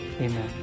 amen